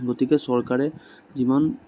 গতিকে চৰকাৰে যিমান